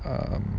um